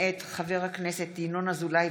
מאת חברי הכנסת ינון אזולאי,